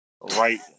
right